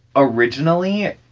originally,